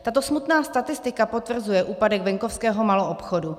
Tato smutná statistika potvrzuje úpadek venkovského maloobchodu.